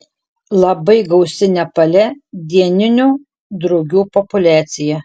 labai gausi nepale dieninių drugių populiacija